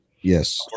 Yes